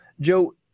Joe